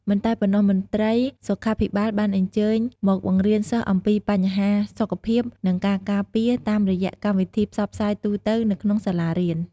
មិនតែប៉ុណ្ណោះ មន្ត្រីសុខាភិបាលបានអញ្ជើញមកបង្រៀនសិស្សអំពីបញ្ហាសុខភាព និងការការពារ តាមរយៈកម្មវិធីផ្សព្វផ្សាយទូទៅនៅក្នុងសាលារៀន។